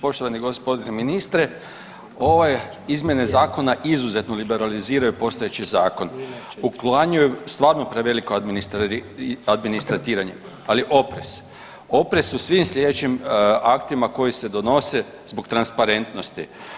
Poštovani gospodine ministre, ove izmjene zakona izuzetno liberaliziraju postojeći zakon, uklanjaju stvarno preveliko administratiranje, ali oprez, oprez u svim slijedećim aktima koji se donose zbog transparentnosti.